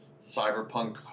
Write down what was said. cyberpunk